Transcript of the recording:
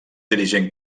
dirigent